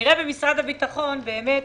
כנראה במשרד הביטחון באמת